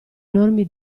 enormi